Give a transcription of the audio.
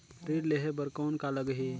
ऋण लेहे बर कौन का लगही?